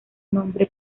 nombre